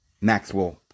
Maxwell